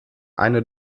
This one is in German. eine